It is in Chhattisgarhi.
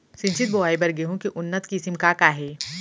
सिंचित बोआई बर गेहूँ के उन्नत किसिम का का हे??